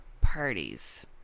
parties